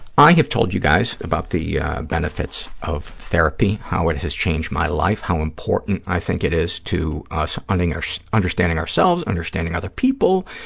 i have told you guys about the benefits of therapy, how it has changed my life, how important i think it is to ah like ah understanding ourselves, understanding other people,